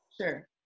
Sure